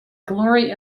glory